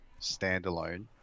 standalone